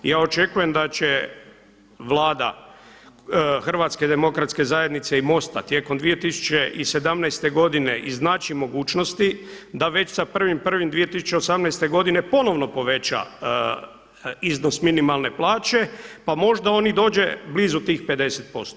I ja očekujem da će Vlada Hrvatske demokratske zajednice i Mosta tijekom 2017. godine iznaći mogućnosti da već sa 1.1.2018. godine ponovno poveća iznos minimalne plaće, pa možda on i dođe blizu tih 50%